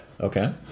okay